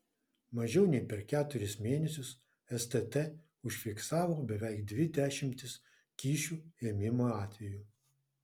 mažiau nei per keturis mėnesius stt užfiksavo beveik dvi dešimtis kyšių ėmimo atvejų